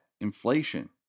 inflation